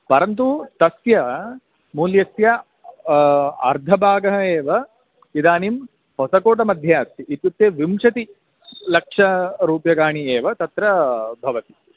परन्तु तस्य मूल्यस्य अर्धभागः एव इदानीं होसकोटमध्ये अस्ति इत्युक्ते विंशतिलक्षरूप्यकाणि एव तत्र भवति